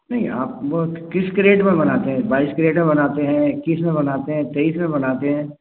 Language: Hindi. नहीं आप वो किस क्रेट में बनाते हैं बाईस कैरेट में बनाते हैं इक्कीस में बनाते हैं तेईस में बनाते हैं